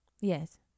yes